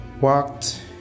walked